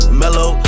mellow